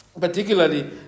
Particularly